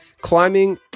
climbing